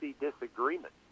disagreement